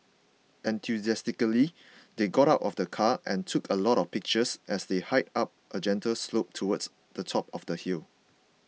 enthusiastically they got out of the car and took a lot of pictures as they hiked up a gentle slope towards the top of the hill